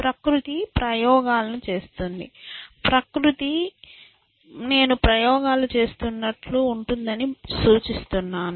ప్రకృతి ప్రయోగాలు చేస్తోంది ప్రకృతి నేను ప్రయోగాలు చేస్తున్నట్లు ఉంటుందని సూచిస్తున్నాను